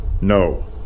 No